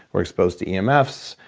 we're exposed to yeah um emf's.